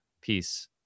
Peace